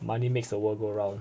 money makes the world go round